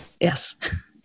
Yes